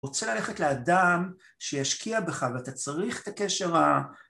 רוצה ללכת לאדם שישקיע בך ואתה צריך את הקשר ה...